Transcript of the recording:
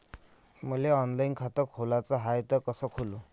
मले ऑनलाईन खातं खोलाचं हाय तर कस खोलू?